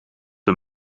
een